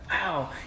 Wow